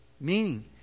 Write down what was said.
meaning